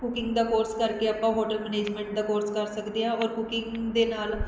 cooking ਦਾ course ਕਰਕੇ ਆਪਾਂ ਹੋਟਲ ਮੈਨੇਜਮੈਂਟ ਦਾ ਕੋਰਸ ਕਰ ਸਕਦੇ ਹਾਂ ਔਰ ਕੁਕਿੰਗ ਦੇ ਨਾਲ